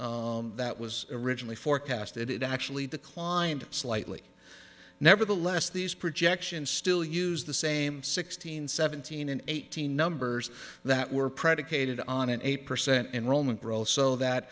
meant that was originally forecast and it actually declined slightly nevertheless these projections still use the same sixteen seventeen and eighteen numbers that were predicated on an eight percent enrollment growth so that